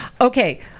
okay